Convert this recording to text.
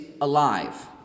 alive